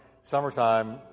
summertime